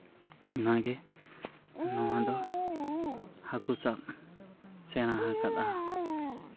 ᱚᱱᱟᱜᱮ ᱱᱚᱣᱟᱫᱚ ᱦᱟᱹᱠᱩ ᱥᱟᱵ ᱥᱮᱬᱟ ᱟᱠᱟᱫᱼᱟ